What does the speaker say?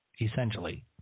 essentially